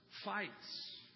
fights